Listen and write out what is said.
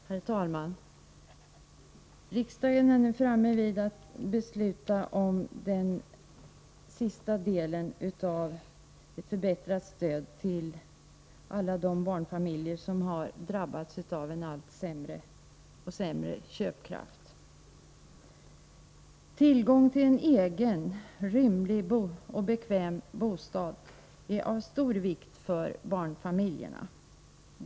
Herr talman! Riksdagen är nu redo att besluta om den sista delen av ett förbättrat stöd till alla de barnfamiljer som har drabbats av en sämre ekonomi och nu har en dålig köpkraft. Tillgången till en egen, rymlig och bekväm bostad är av stor vikt för barnfamiljerna.